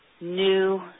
new